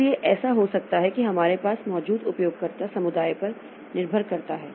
इसलिए ऐसा हो सकता है जो हमारे पास मौजूद उपयोगकर्ता समुदाय पर निर्भर करता है